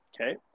okay